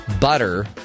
butter